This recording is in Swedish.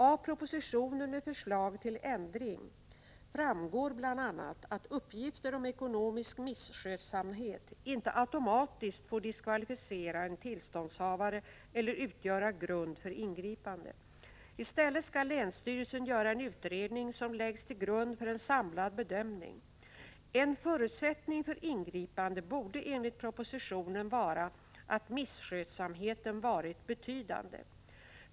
Av propositionen med förslag till ändring framgår bl.a. att uppgifter om ekonomisk misskötsamhet inte automatiskt får diskvalificera en tillståndshavare eller utgöra grund för ingripande. I stället skall länsstyrelsen göra en utredning som läggs till grund för en samlad bedömning. En förutsättning för ingripande borde enligt propositionen vara att misskötsamheten varit betydande.